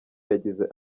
yagize